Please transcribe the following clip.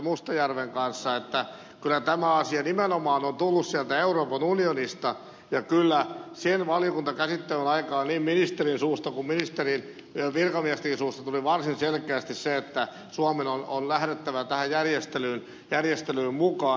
mustajärven kanssa että kyllä tämä asia nimenomaan on tullut sieltä euroopan unionista ja kyllä sen valiokuntakäsittelyn aikaan niin ministerin suusta kuin virkamiestenkin suusta tuli varsin selkeästi se että suomen on lähdettävä tähän järjestelyyn mukaan